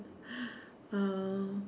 uh